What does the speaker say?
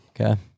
okay